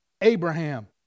Abraham